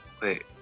Wait